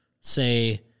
say